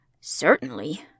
Certainly